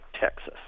Texas